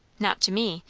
not to me,